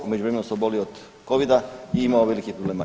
U međuvremenu sam obolio od Covid-a i imao velikih problema.